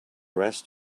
rest